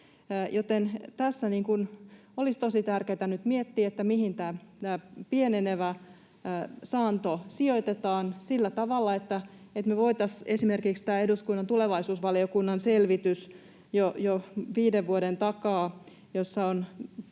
tässä olisi tosi tärkeätä nyt miettiä, mihin tämä pienenevä saanto sijoitetaan sillä tavalla, että me voitaisiin esimerkiksi tämän eduskunnan tulevaisuusvaliokunnan jo viiden vuoden takainen